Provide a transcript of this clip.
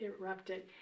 erupted